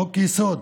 חוק-יסוד,